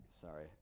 Sorry